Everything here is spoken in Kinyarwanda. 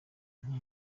nti